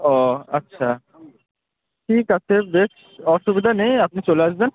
ও আচ্ছা ঠিক আছে বেশ অসুবিধা নেই আপনি চলে আসবেন